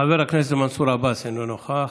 חבר הכנסת מנסור עבאס, אינו נוכח.